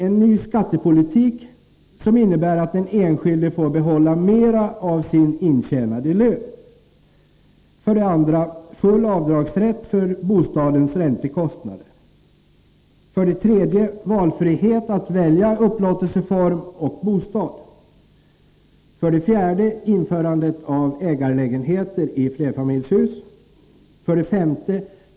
En ny skattepolitik, som innebär att den enskilde får behålla mera av sin intjänade lön. 5.